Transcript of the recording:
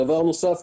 דבר נוסף,